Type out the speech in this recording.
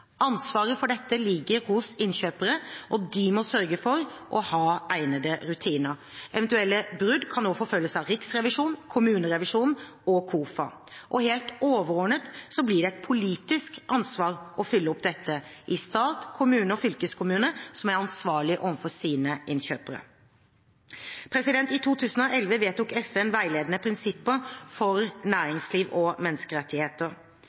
Ansvaret for dette ligger hos innkjøperne, og de må sørge for å ha egnede rutiner. Eventuelle brudd kan også forfølges av riksrevisjon, kommunerevisjon og KOFA. Helt overordnet blir det et politisk ansvar å følge opp dette i stat, kommune og fylkeskommune, som er ansvarlige overfor sine innkjøpere. I 2011 vedtok FN veiledende prinsipper for næringsliv og menneskerettigheter.